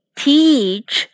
teach